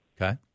Okay